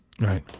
Right